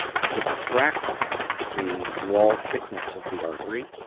subtract the wall thickness of the artery,